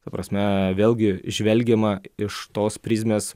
ta prasme vėlgi žvelgiama iš tos prizmės